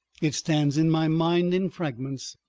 it stands in my mind in fragments,